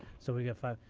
so we got five.